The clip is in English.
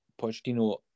Pochettino